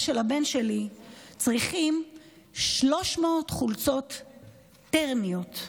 של הבן שלי צריכים 300 חולצות תרמיות,